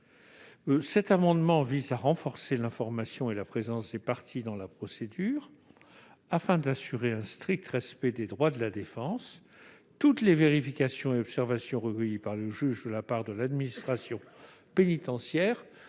Cet amendement vise donc à renforcer l'information des parties et leur présence dans la procédure afin d'assurer un strict respect des droits de la défense. Toutes les vérifications et observations recueillies par le juge auprès de l'administration pénitentiaire